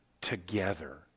together